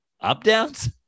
Up-downs